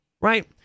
right